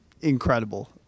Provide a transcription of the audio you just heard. incredible